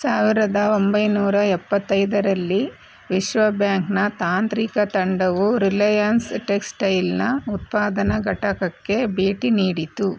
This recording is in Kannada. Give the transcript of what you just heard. ಸಾವಿರದ ಒಂಬೈನೂರ ಎಪ್ಪತ್ತೈದರಲ್ಲಿ ವಿಶ್ವಬ್ಯಾಂಕ್ನ ತಾಂತ್ರಿಕ ತಂಡವು ರಿಲಯನ್ಸ್ ಟೆಕ್ಸ್ಟೈಲ್ನ ಉತ್ಪಾದನಾ ಘಟಕಕ್ಕೆ ಭೇಟಿ ನೀಡಿತು